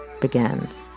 begins